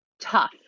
tough